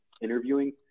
interviewing